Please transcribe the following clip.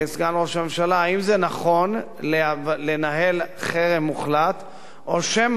האם נכון לנהל חרם מוחלט או שמא לפתח כלים